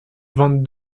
vingt